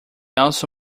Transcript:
also